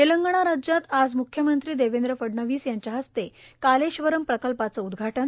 तेलंगणा राज्यात आज मुख्यमंत्री देवेंद्र फडणवीस यांच्या हस्ते कालेश्वरमु प्रकल्पाचं उदुघाटन